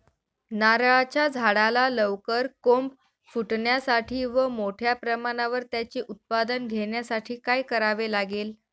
नारळाच्या झाडाला लवकर कोंब फुटण्यासाठी व मोठ्या प्रमाणावर त्याचे उत्पादन घेण्यासाठी काय करावे लागेल?